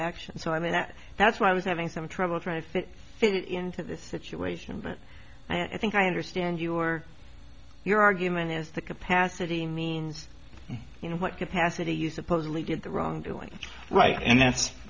action so i mean that that's why i was having some trouble trying to fit it into this situation but i think i understand you or your argument is the capacity means you know what capacity you supposedly did the wrong doing right and that's